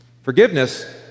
Forgiveness